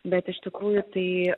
bet iš tikrųjų tai